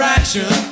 action